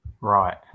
Right